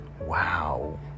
wow